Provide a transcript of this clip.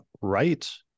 right